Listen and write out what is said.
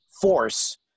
force